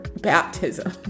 baptism